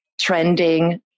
trending